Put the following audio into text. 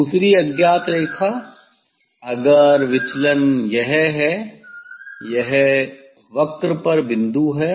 दूसरी अज्ञात रेखा अगर विचलन यह है यह वक्र पर बिंदु है